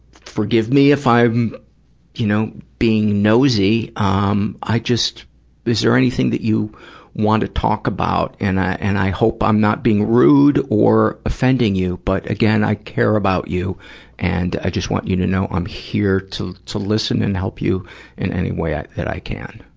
forgive me if i'm you know being nosy, um i just is there anything you want to talk about? and i and i hope i'm not being rude or offending you, but again, i care about you and i just want you to know i'm here to to listen and help you in any way that i can.